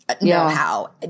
know-how